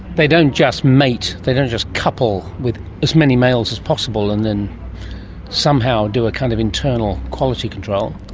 they don't just mate, they don't just couple with as many males as possible and then somehow do a kind of internal quality control?